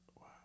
Wow